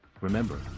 remember